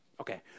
Okay